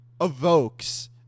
evokes